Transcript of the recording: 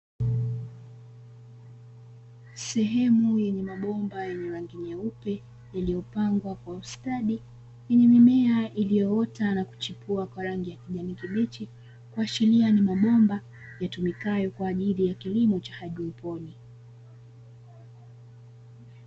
Sehemu yenye mabomba yenye rangi nyeupe yaliyopangwa kwa ustadi, yenye mimea iliyoota na kuchipua kwa rangi ya kijani kibichi, kuashiria ni mabomba yatumikayo kwa ajili ya kilimo haidroponi.